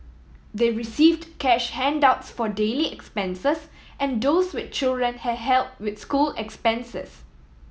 they received cash handouts for daily expenses and those with children had help with school expenses